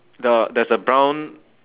the there's the brown